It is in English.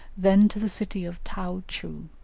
then to the city of tai-cheu,